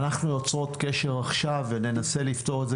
אנחנו יוצרות קשר עכשיו וננסה לפתור את זה